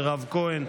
מירב כהן,